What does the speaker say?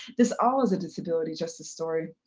this all is a disability justice story.